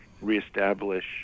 reestablish